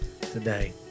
today